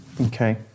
Okay